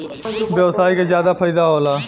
व्यवसायी के जादा फईदा होला